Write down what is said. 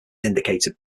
indicated